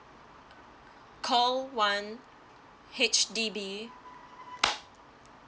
call one H_D_B